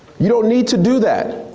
you don't need to do that.